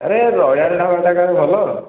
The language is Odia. ଆରେ ରୟାଲ ଢ଼ାବାଟା ପା ଭଲ